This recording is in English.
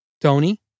Tony